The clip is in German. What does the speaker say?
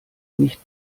nicht